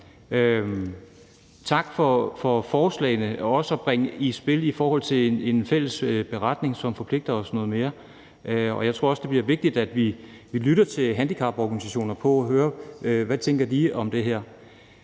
Tak for forslagene, der er bragt i spil i forhold til en fælles beretning, som forpligter os noget mere. Jeg tror også, det bliver vigtigt, at vi lytter til handicaporganisationerne for at høre, hvad de tænker om det her.